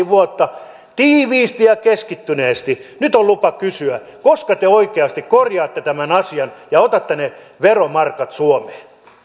vuotta tiiviisti ja keskittyneesti nyt on lupa kysyä koska te oikeasti korjaatte tämän asian ja otatte ne veromarkat suomeen